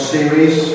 series